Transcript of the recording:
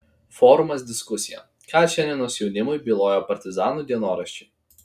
forumas diskusija ką šiandienos jaunimui byloja partizanų dienoraščiai